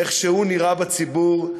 איך שהוא נראה בציבור,